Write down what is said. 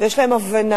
ויש להם הבנה